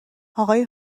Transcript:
اقای